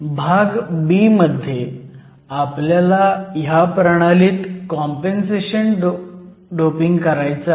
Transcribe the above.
भाग b मध्ये आपल्याला ह्या प्रणालीत कॉम्पेनसेशन डोपिंग करायचं आहे